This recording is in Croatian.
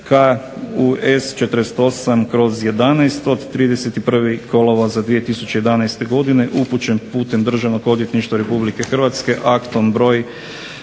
KUS48/11 od 31. kolovoza 2011. godine upućen putem državnog odvjetništva Republike Hrvatske aktom broj